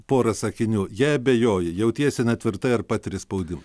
pora sakinių jei abejoji jautiesi netvirtai ar patiri spaudimą